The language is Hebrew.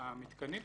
המתקנים.